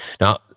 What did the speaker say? now